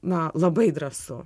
na labai drąsu